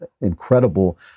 incredible